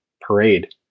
parade